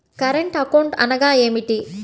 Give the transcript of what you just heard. Current account అనగా ఏమిటి?